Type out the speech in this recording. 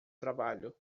trabalho